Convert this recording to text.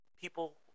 People